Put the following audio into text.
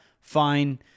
fine